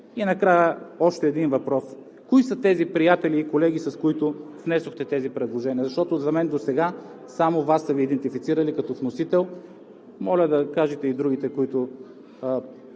И накрая, още един въпрос: кои са тези приятели и колеги, с които внесохте тези предложения, защото за мен засега само Вас са Ви идентифицирали като вносител. Моля да кажете и другите, които